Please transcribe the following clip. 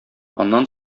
аннан